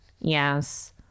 yes